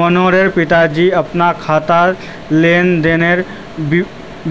मनोहरेर पिताजी अपना खातार लेन देनेर